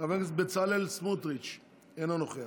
חבר הכנסת בצלאל סמוטריץ' אינו נוכח,